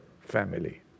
family